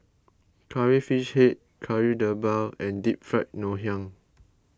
Curry Fish Head Kari Debal and Deep Fried Ngoh Hiang